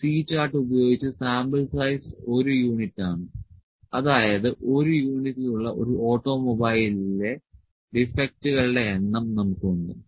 ഒരു C chart ഉപയോഗിച്ച് sample size ഒരു യൂണിറ്റാണ് അതായത് ഒരു യൂണിറ്റിലുള്ള ഒരു ഓട്ടോമൊബൈലിലെ ഡിഫെക്ടുകളുട എണ്ണം നമുക്ക് ഉണ്ട്